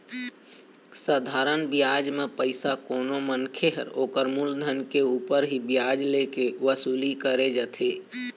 साधारन बियाज म पइसा कोनो मनखे ह ओखर मुलधन के ऊपर ही बियाज ले के वसूली करे जाथे